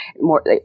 more